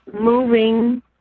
moving